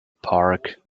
park